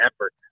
effort